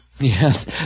Yes